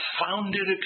founded